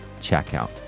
checkout